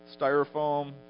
styrofoam